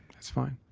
that's fine.